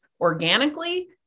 organically